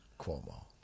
Cuomo